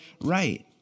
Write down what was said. right